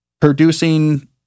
Producing